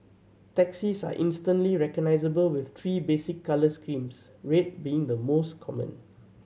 taxis are instantly recognisable with three basic colour schemes red being the most common